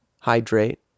hydrate